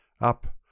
Up